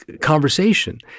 conversation